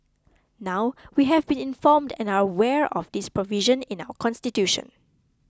now we have been informed and are aware of this provision in our constitution